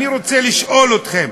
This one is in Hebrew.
אני רוצה לשאול אתכם,